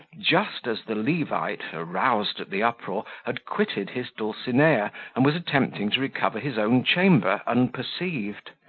just as the levite, aroused at the uproar, had quitted his dulcinea, and was attempting to recover his own chamber unperceived.